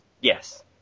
Yes